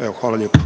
Evo, hvala lijepo.